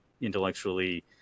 intellectually